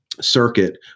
circuit